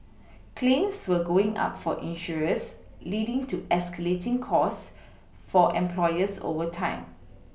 claims were going up for insurers leading to escalating costs for employers over time